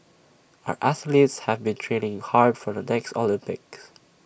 our athletes have been training hard for the next Olympics